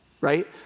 Right